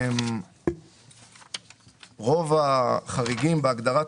אפשר לקצר ולהגיד בכותרת